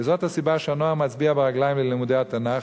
וזאת הסיבה שהנוער מצביע ברגליים בלימודי התנ"ך,